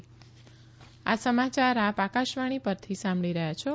corona appeal આ સમાચાર આપ આકાશવાણી પરથી સાંભળી રહ્યા છો